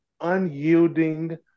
unyielding